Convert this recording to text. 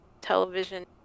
television